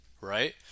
right